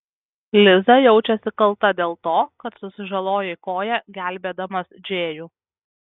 liza jaučiasi kalta dėl to kad susižalojai koją gelbėdamas džėjų